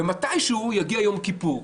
ומתישהו יגיע יום כיפור.